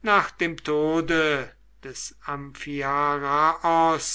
nach dem tode des